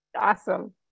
Awesome